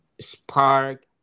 spark